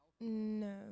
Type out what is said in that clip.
no